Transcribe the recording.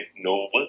noble